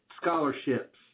scholarships